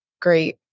great